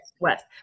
West